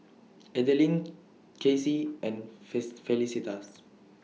Adaline Kasey and Felicitas